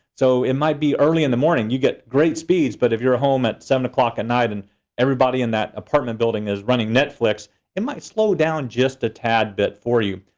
so it might be early in the morning you get great speeds, but if you're home at seven o'clock at night and everybody in that apartment building is running netflix it might slow down just a tad bit for you.